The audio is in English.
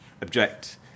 object